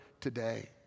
today